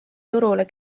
turule